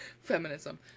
Feminism